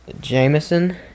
Jameson